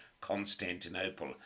Constantinople